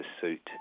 suit